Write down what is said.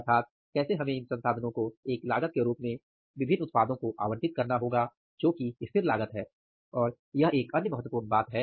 अर्थात कैसे हमें इन संसाधनों को एक लागत के रूप में विभिन्न उत्पादों को आवंटित करना होगा जो की स्थिर लागत है और यह एक अन्य महत्वपूर्ण बात है